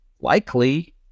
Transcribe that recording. likely